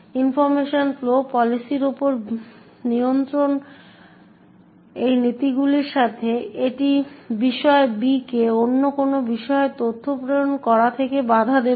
information flow পলিসিউপর ভিত্তি করে নিয়ন্ত্রণ এই নীতিগুলির সাথে এটি বিষয় B কে অন্য কোনো বিষয়ে তথ্য প্রেরণ করা থেকে বাধা দেবে